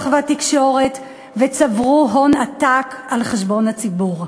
והתקשורת וצברו הון עתק על חשבון הציבור.